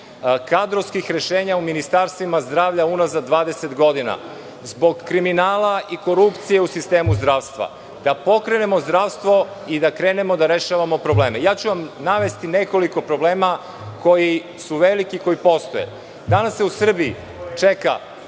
kadrovskih rešenja u Ministarstvu zdravlja unazad 20 godina, zbog kriminala i korupcije u sistemu zdravstva, da pokrenemo zdravstvo i krenemo da rešavamo probleme. Navešću vam nekoliko problema koji su veliki i postoje. Danas u Srbiji čeka